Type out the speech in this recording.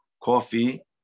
Coffee